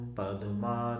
Padma